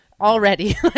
already